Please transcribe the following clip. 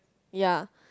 ya